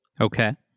Okay